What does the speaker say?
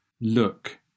look